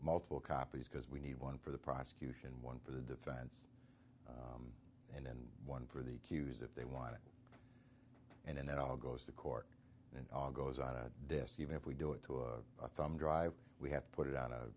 multiple copies because we need one for the prosecution one for the defense and one for the q s if they want it and it all goes to court and all goes on a disk even if we do it to a thumb drive we have to put it on a